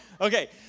Okay